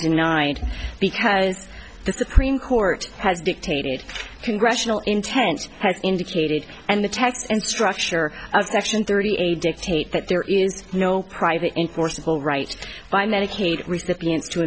denied because the supreme court has dictated the congressional intent has indicated and the text and structure of section thirty eight dictate that there is no private enforceable right by medicaid recipients to